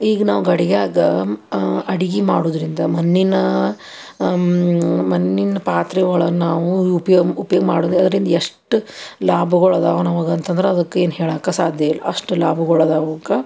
ಈಗ ನಾವು ಗಡಿಗ್ಯಾಗ ಅಡುಗೆ ಮಾಡುವುದರಿಂದ ಮಣ್ಣಿನ ಮಣ್ಣಿನ ಪಾತ್ರೆ ಒಳಗೆ ನಾವು ಉಪಯೋ ಉಪಯೋಗ ಮಾಡೋದರಿಂದ ಎಷ್ಟು ಲಾಭಗಳು ಅದಾವ ನಮಗೆ ಅಂತ ಅಂದ್ರೆ ಅದಕ್ಕೆ ಏನು ಹೇಳೋಕೆ ಸಾಧ್ಯವಿಲ್ಲ ಅಷ್ಟು ಲಾಭಗಳದಾವ ಅವಕ್ಕೆ